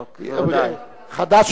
יש